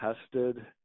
tested